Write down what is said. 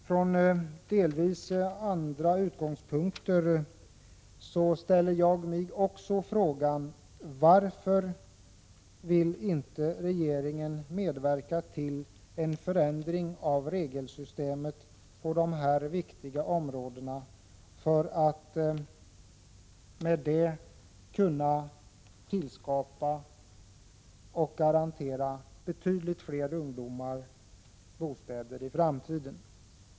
Från delvis andra utgångspunkter vill jag ställa frågan: Varför vill inte regeringen medverka till en förändring av regelsystemet på dessa viktiga områden för att därmed tillskapa och garantera betydligt fler ungdomar bostäder i framtiden?